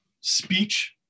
speech